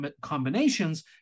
combinations